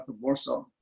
Warsaw